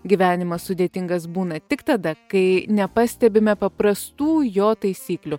gyvenimas sudėtingas būna tik tada kai nepastebime paprastų jo taisyklių